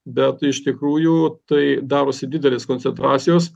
bet iš tikrųjų tai darosi didelės koncentracijos